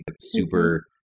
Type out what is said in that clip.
super